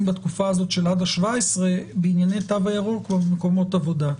בתקופה הזאת של עד ה-17 בענייני התו הירוק במקומות עבודה?